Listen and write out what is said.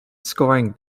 scoring